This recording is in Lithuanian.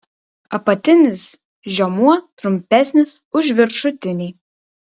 apatinis žiomuo trumpesnis už viršutinį